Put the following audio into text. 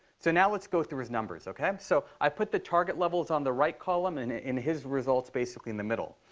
so now let's go through his numbers, ok? so i put the target levels on the right column and his results basically in the middle.